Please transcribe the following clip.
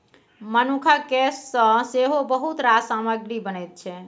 मनुखक केस सँ सेहो बहुत रास सामग्री बनैत छै